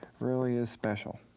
really is special.